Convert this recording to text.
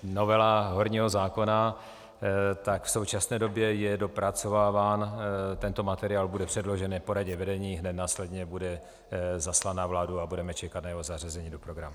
Novela horního zákona v současné době je dopracováván tento materiál, bude předložen na poradě vedení, hned následně bude zaslán na vládu a budeme čekat na jeho zařazení do programu.